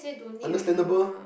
understandable